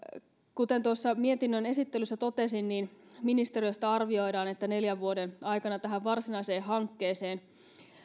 kuten tuossa mietinnön esittelyssä totesin niin ministeriöstä arvioidaan että neljän vuoden aikana tähän varsinaiseen hankkeeseen